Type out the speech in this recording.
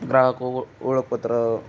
ग्राहक ओ ओळखपत्र